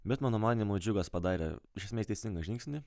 bet mano manymu džiugas padarė iš esmės teisingą žingsnį